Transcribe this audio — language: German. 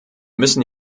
müssen